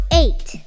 eight